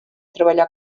treballar